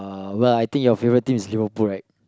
well I think your favorite team is LiverPool right